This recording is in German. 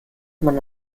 man